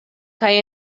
kaj